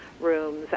rooms